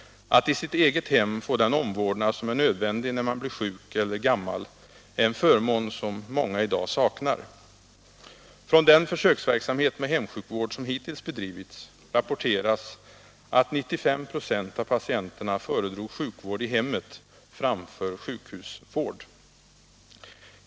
Att i sitt eget hem få den omvårdnad som är nödvändig när man blir sjuk eller gammal är en förmån som många i dag saknar. Från den försöksverksamhet med hemsjukvård som hittills bedrivits rapporteras att 95 96 av patienterna föredrog sjukvård i hemmet framför sjukhusvård.